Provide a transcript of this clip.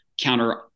counter